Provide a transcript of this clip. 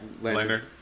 Leonard